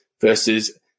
versus